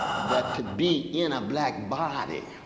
that to be in a black body